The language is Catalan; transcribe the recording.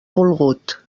volgut